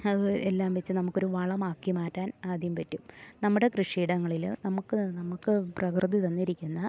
അത് എല്ലാം വെച്ച് നമുക്കൊരു വളമാക്കി മാറ്റാൻ ആദ്യം പറ്റും നമ്മുടെ കൃഷിയിടങ്ങളിൽ നമുക്ക് നമുക്ക് പ്രകൃതി തന്നിരിക്കുന്ന